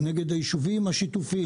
תן לי להציג את הדברים